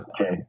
Okay